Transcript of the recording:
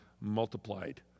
multiplied